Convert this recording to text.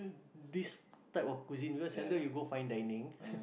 this type of cuisine because seldom you go fine dining